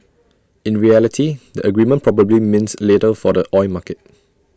in reality the agreement probably means little for the oil market